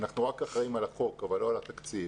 אנחנו אחראים רק על החוק אבל לא על התקציב.